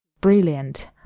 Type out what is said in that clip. brilliant